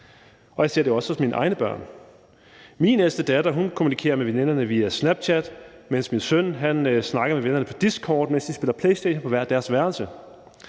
og jeg ser det også hos mine egne børn. Min ældste datter kommunikerer med veninderne via Snapchat, mens min søn snakker med vennerne på Discord, mens de spiller Playstation på hver deres værelse.